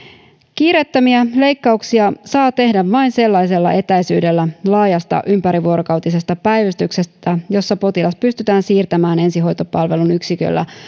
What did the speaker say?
kiireettömiä leikkauksia saa tehdä vain sellaisella etäisyydellä laajasta ympärivuorokautisesta päivystyksestä jossa potilas pystytään siirtämään ensihoitopalvelun yksiköllä